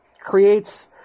creates